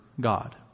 God